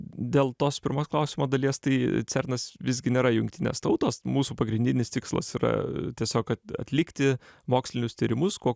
dėl tos pirmos klausimo dalies tai cernas visgi nėra jungtinės tautos mūsų pagrindinis tikslas yra tiesiog kad atlikti mokslinius tyrimus kuo